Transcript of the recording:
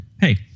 Hey